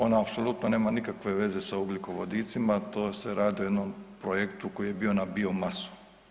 Ona apsolutno nema nikakve veze sa ugljikovodicima, to se radi o jednom projektu koji je bio na biomasu.